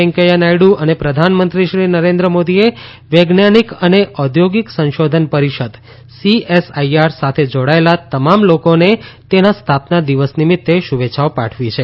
વેંકૈયા નાયડુ અને પ્રધાનમંત્રી શ્રી નરેન્દ્ર મોદીએ વૈજ્ઞાનીક અને ઔદ્યોગીક સંશોધન પરીષદ સીએસઆઇઆર સાથે જોડાયેલા તમામ લોકોને તેના સ્થાપના દિવસ નીમિત્તે શુભેચ્છાઓ પાઠવી છે